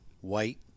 white